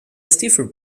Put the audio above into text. stiffer